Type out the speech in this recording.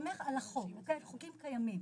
הסתמך על חוקים קיימים.